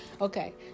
Okay